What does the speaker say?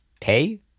pay